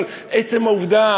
אלא על עצם העובדה.